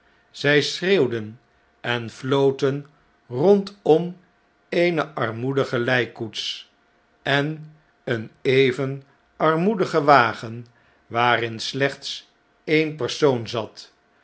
zjj schreeuwden en floten rondom eene armoedige ljjkkoets en een even armoedige wagen waarin slechts e'e'n persoon zat